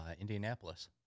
Indianapolis